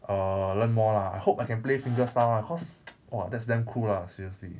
err learn more lah I hope I can play fingerstyle lah cause !wah! that's damn cool lah seriously